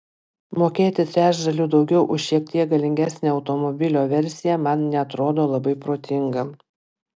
mokėti trečdaliu daugiau už šiek tiek galingesnę automobilio versiją man neatrodo labai protinga